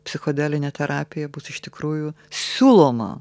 psichodelinė terapija bus iš tikrųjų siūloma